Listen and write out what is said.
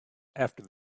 after